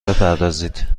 بپردازید